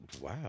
Wow